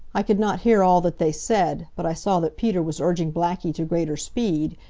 i could not hear all that they said, but i saw that peter was urging blackie to greater speed,